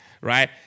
right